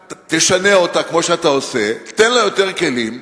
תשנה אותה, כמו שאתה עושה, תן לה יותר כלים,